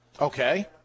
Okay